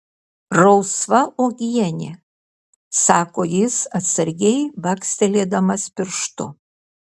rausva uogienė sako jis atsargiai bakstelėdamas pirštu